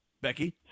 Becky